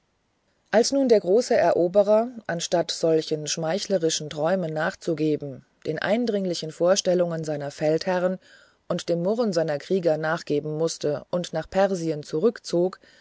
als nun der große eroberer anstatt solchen schmeichlerischen träumen nachzugehen den eindringlichen vorstellungen seiner feldherren und dem murren seiner krieger nachgeben mußte und nach persien zurückzog